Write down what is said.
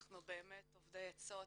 אנחנו באמת אובדי אצות.